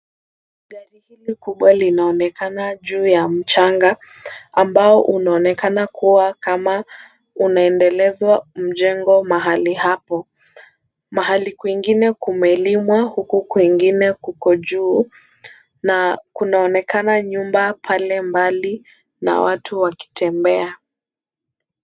Gari hili kubwa linaonekana juu ya mchanga ambao unaonekana kuwa kama unaendelezwa mjengo mahali hapo. Mahali kwingine kumelimwa huku kwingine kuko juu na kunaonekana nyumba pale mbali na watu wakitembea.